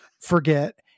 forget